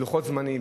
לוחות זמנים,